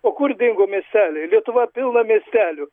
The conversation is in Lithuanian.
o kur dingo miesteliai lietuva pilna miestelių